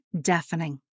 deafening